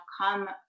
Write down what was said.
come